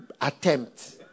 attempt